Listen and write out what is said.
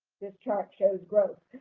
this chart shows growth.